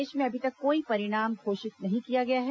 प्रदेश में अभी तक कोई परिणाम घोषित नहीं किया गया है